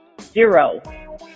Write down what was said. Zero